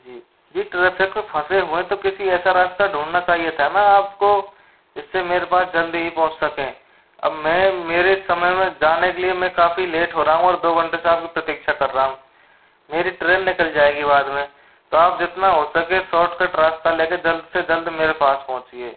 जी जी ट्रैफिक फंसे हुए तो किसी ऐसा रास्ता ढूंढना चाहिए था ना आपको इससे मेरे पास जल्दी पहुँच सके अब मैं मेरे समय में जाने के लिए मैं काफ़ी लेट हो रहा हूँ और दो घंटे से आपकी प्रतीक्षा कर रहा हूँ मेरी ट्रेन निकल जाएगी बाद में तो आप जितना हो सके शॉर्टकट रास्ता लेके जल्द से जल्द मेरे पास पहुँचिए